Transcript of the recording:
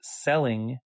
selling